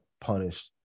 punished